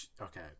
okay